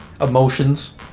emotions